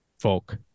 folk